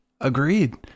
Agreed